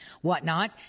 whatnot